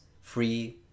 free